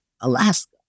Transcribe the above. Alaska